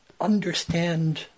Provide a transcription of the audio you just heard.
understand